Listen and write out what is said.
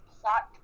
plot